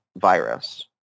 virus